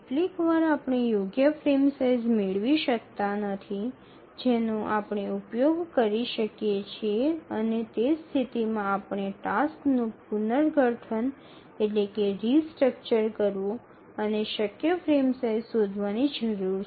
કેટલીકવાર આપણે યોગ્ય ફ્રેમ સાઇઝ મેળવી શકતા નથી જેનો આપણે ઉપયોગ કરી શકીએ છીએ અને તે સ્થિતિમાં આપણે ટાસક્સનું પુનર્ગઠન કરવું અને શક્ય ફ્રેમ સાઇઝ શોધવાની જરૂર છે